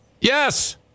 yes